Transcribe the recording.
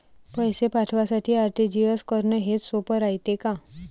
पैसे पाठवासाठी आर.टी.जी.एस करन हेच सोप रायते का?